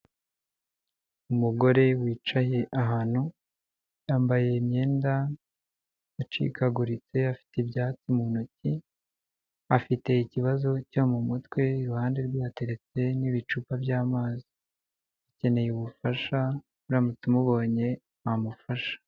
Umugore wicaye ahantu yambaye imyenda yacikaguritse afite ibyatsi mu ntoki, afite ikibazo cyo mu mutwe, iruhande rwe hateretse n'ibicupa by'amazi. Akeneye ubufasha uramutse umubonye wamufasha.